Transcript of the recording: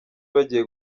bagiye